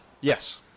Yes